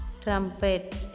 trumpet